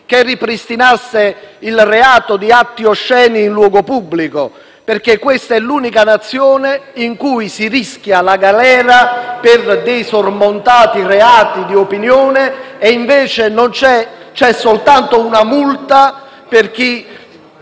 che ripristinasse il reato di atti osceni in luogo pubblico, perché questa è l'unica Nazione in cui si rischia la galera per sormontati reati di opinione e invece c'è soltanto una multa per chi